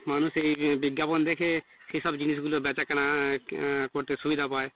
মানুষ এই বিজ্ঞাপন দেখে সেই সব জিনিসগুলো বেচাকেনা করতে সুবিধা পায়